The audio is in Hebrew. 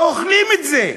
אוכלים את זה.